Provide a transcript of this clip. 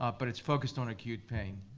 um but it's focused on acute pain.